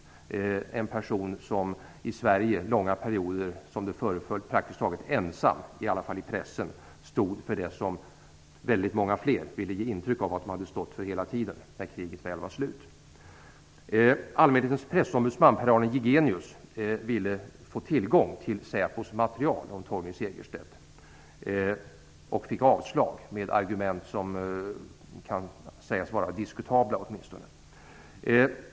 Han var en person som under långa perioder i Sverige praktiskt taget ensam - i alla fall i pressen - stod för det som många fler ville ge intryck av att ha stått för hela tiden, när kriget väl var slut. Allmänhetens pressombudsman, Pär-Arne Jigenius, ville få tillgång till Säpos material om Torgny Segerstedt. Han fick avslag med argument som kan sägas vara åtminstone diskutabla.